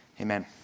Amen